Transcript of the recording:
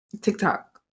TikTok